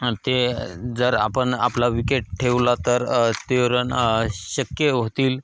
ते जर आपण आपला विकेट ठेवला तर ते रन शक्य होतील